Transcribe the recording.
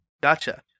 Gotcha